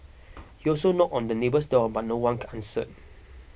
he also knocked on the neighbour's door but no one answered